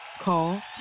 Call